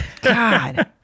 god